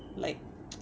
like